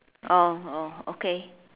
orh orh okay